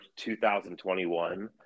2021